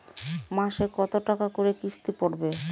মাসে কত টাকা করে কিস্তি পড়বে?